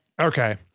Okay